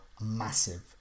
massive